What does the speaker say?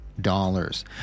Dollars